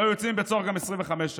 לא היו יוצאים מבית סוהר גם 25 שנה.